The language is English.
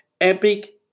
epic